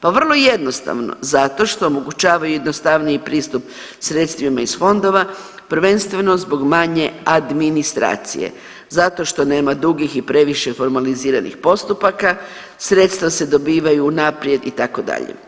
Pa vrlo jednostavno, zato što omogućavaju jednostavniji pristup sredstvima iz fondova prvenstveno zbog manje administracije zato što nema dugih previše formaliziranih postupaka, sredstva se dobivaju unaprijed itd.